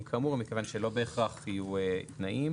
כאמור" מכיוון שלא בהכרח יהיו תנאים.